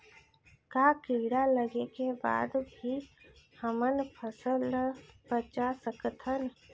का कीड़ा लगे के बाद भी हमन फसल ल बचा सकथन?